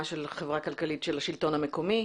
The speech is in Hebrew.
חברה כלכלית של השלטון המקומי,